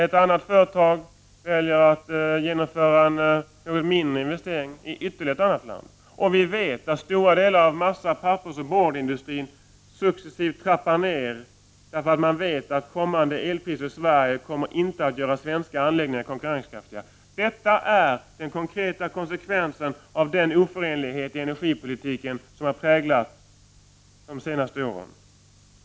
Ett annat företag väljer att genomföra en mindre investering i utlandet. Stora delar av massa-, pappersoch boardindustrin trappar successivt ner därför att de vet att kommande elpriser i Sverige inte kommer att göra svenska anläggningar konkurrenskraftiga. Detta är den konkreta konsekvensen av den oförenlighet i energipolitiken som har präglat de senaste åren.